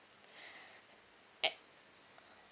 at